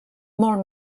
molt